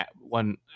one